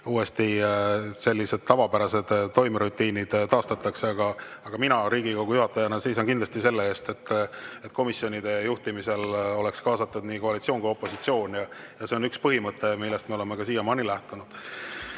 uuesti sellised tavapärased toimerutiinid taastada. Aga mina Riigikogu juhatajana seisan kindlasti selle eest, et komisjonide juhtimisse oleks kaasatud nii koalitsioon kui ka opositsioon. See on üks põhimõte, millest me oleme siiamaani lähtunud. Mis